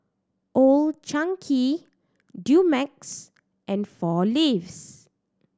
Old Chang Kee Dumex and Four Leaves